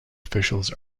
officials